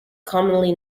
commonly